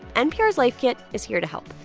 npr's life kit is here to help